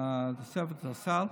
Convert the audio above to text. תוספת לסל,